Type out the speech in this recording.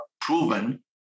proven